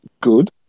good